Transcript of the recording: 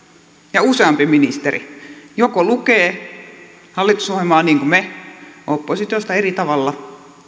ja useampi ministeri joko lukee hallitusohjelmaa niin kuin me oppositiosta eri tavalla